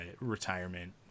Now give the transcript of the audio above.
retirement